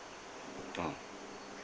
oh